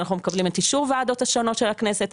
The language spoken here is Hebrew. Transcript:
אנחנו מקבלים את אישור הוועדות השונות של הכנסת,